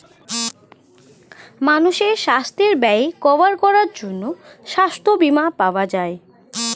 মানুষের সাস্থের ব্যয় কভার করার জন্যে সাস্থ বীমা পাওয়া যায়